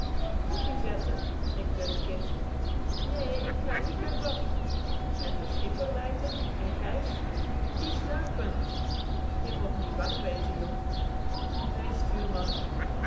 koffie zetten schrikte het kind nee k ga niet bij bas en de schipper leit r èn gijs die slàpen je mot niet bang wezen jong nee stuurman